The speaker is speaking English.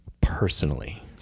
personally